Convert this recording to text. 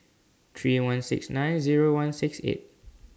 three one six nine Zero one six eight